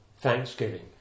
thanksgiving